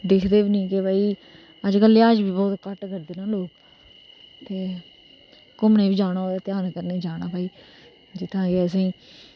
दिखदे गै नेई भाई अजकल लिहाज बी घट्ट करदे ना लोक घूमने गी बी जाना होऐ ते घ्यान कन्नै जाना जित्थै के असेंगी